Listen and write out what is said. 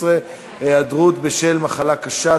13) (היעדרות בשל מחלה קשה),